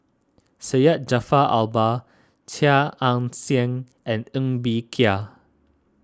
Syed Jaafar Albar Chia Ann Siang and Ng Bee Kia